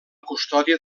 custòdia